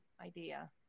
idea